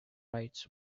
rights